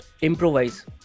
Improvise